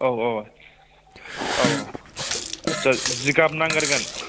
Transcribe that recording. औ औ औ औ आटसा जिगाब नांगोरगोन